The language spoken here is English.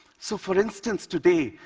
so for instance, today,